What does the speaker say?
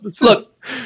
Look